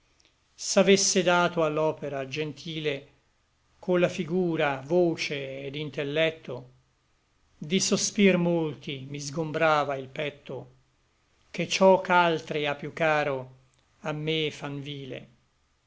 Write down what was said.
stile s'avesse dato a l'opera gentile colla figura voce ed intellecto di sospir molti mi sgombrava il petto che ciò ch'altri à piú caro a me fan vile